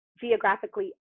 geographically